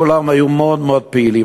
כולם היו מאוד מאוד פעילים,